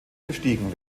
bestiegen